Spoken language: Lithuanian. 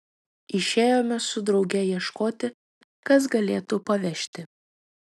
išėjome su drauge ieškoti kas galėtų pavežti